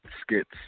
skits